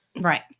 Right